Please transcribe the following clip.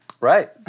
Right